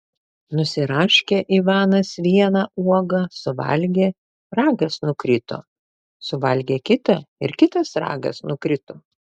nusiraškė ivanas vieną uogą suvalgė ragas nukrito suvalgė kitą ir kitas ragas nukrito